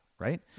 Right